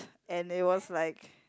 and it was like